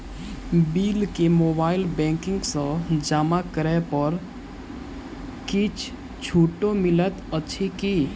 Bill केँ mobile banking सँ जमा करै पर किछ छुटो मिलैत अछि की?